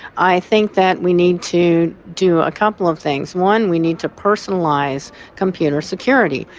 i think that we need to do a couple of things. one, we need to personalise computer security,